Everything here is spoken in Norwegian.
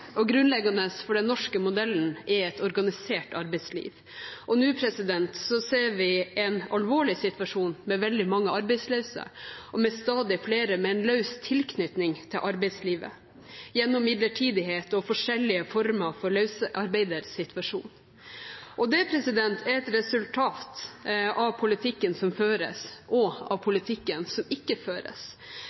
og grunnleggende for den norske modellen er et organisert arbeidsliv. Nå ser vi en alvorlig situasjon med veldig mange arbeidsløse og stadig flere med en løs tilknytning til arbeidslivet gjennom midlertidighet og forskjellige former for løsarbeidersituasjon. Det er et resultat av politikken som føres, og av politikken som ikke føres.